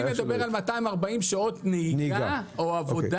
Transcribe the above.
אני מדבר על 240 שעות נהיגה או עבודה.